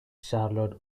charlotte